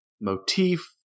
motif